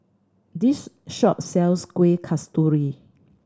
this shop sells Kueh Kasturi